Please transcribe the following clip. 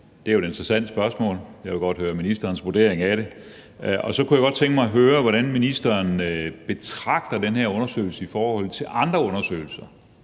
Det er jo et interessant spørgsmål, og jeg vil godt høre ministerens vurdering af det. Så kunne jeg godt tænke mig at høre, hvordan ministeren betragter den her undersøgelse i forhold til andre undersøgelser.